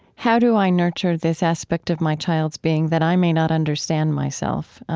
how do i nurture this aspect of my child's being that i may not understand myself?